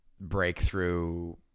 breakthrough